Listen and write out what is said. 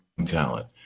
talent